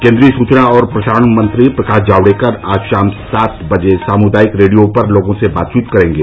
केन्द्रीय सूचना और प्रसारण मंत्री प्रकाश जावड़ेकर आज शाम सात बजे सामुदायिक रेडियो पर लोगों से बातचीत करेंगे